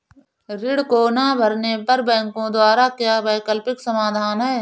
ऋण को ना भरने पर बैंकों द्वारा क्या वैकल्पिक समाधान हैं?